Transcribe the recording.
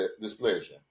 displeasure